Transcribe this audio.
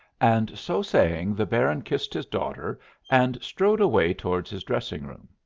and so saying, the baron kissed his daughter and strode away towards his dressing-room.